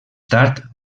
tard